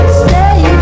stay